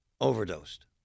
overdosed